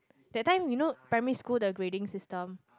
that time you know primary school the grading system